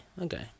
okay